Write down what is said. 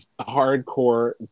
hardcore